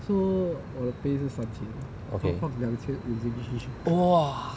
okay !wah!